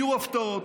יהיו הפתעות,